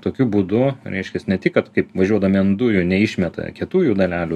tokiu būdu reiškias ne tik kad kaip važiuodami ant dujų neišmeta kietųjų dalelių